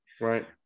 Right